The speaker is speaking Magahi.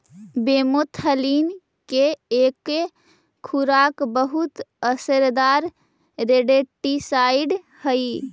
ब्रोमेथलीन के एके खुराक बहुत असरदार रोडेंटिसाइड हई